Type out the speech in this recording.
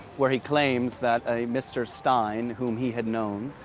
where he claims that a mr. stein, whom he had known,